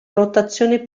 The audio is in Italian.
rotazione